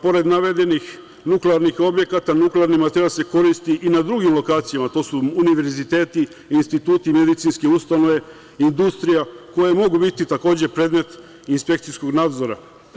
Pored navedenih nuklearnih objekata, nuklearni materijal se koristi i na drugim lokacijama, a to su univerziteti, instituti, medicinske ustanove, industrija i koji mogu biti takođe predmet inspekcijskog nadzora.